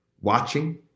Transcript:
watching